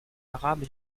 arabe